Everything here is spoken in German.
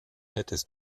hättest